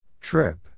Trip